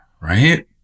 right